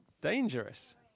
dangerous